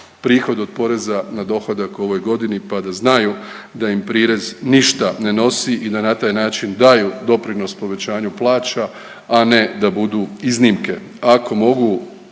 prihod od poreza na dohodak u ovoj godini pa da znaju da im prirez ništa ne nosi i da na taj način daju doprinos povećanju plaća, a ne da budu iznimke,